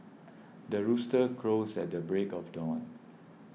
the rooster crows at the break of dawn